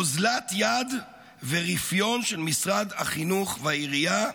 אוזלת יד ורפיון של משרד החינוך והעירייה,